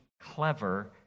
clever